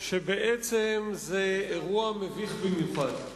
שבעצם זה אירוע מביך במיוחד,